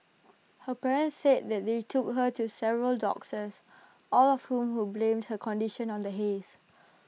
her parents said they took her to several doctors all of whom who blamed her condition on the haze